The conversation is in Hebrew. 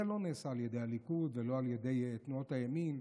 זה לא נעשה על ידי הליכוד ולא על ידי תנועות הימין.